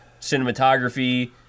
cinematography